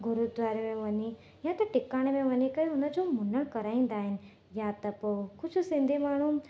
गुरुद्वारे में वञी या त टिकाणे में वञी करे उन जो मुंडण कराईंदा आहिनि या त पोइ कुझु सिंधी माण्हू